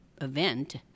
event